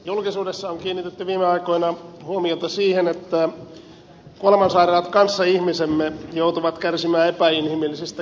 julkisuudessa on kiinnitetty viime aikoina huomiota siihen että kuolemansairaat kanssaihmisemme joutuvat kärsimään epäinhimillisistä kivuista